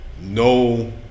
no